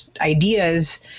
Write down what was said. ideas